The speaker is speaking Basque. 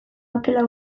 okela